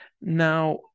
now